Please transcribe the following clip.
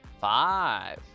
Five